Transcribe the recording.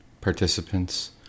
participants